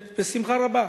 בשמחה רבה.